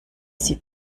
sie